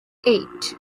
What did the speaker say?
eight